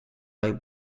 like